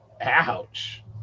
ouch